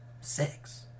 Six